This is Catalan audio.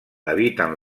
habiten